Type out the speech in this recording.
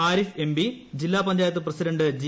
Arif MP ജില്ല panchayat president G